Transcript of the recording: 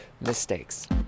mistakes